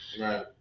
right